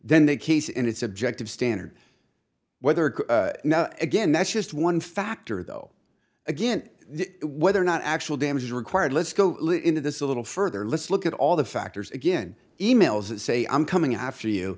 then the case in its objective standard whether again that's just one factor though again whether or not actual damages are required let's go into this a little further let's look at all the factors again e mails that say i'm coming after you